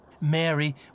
Mary